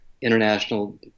international